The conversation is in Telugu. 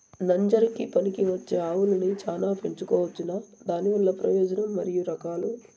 నంజరకి పనికివచ్చే ఆవులని చానా పెంచుకోవచ్చునా? దానివల్ల ప్రయోజనం మరియు రకాలు?